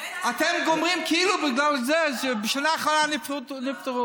אתם אומרים כאילו בגלל זה בשנה האחרונה הם נפטרו.